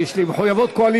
כי יש לי מחויבות קואליציונית.